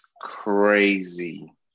crazy